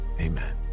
amen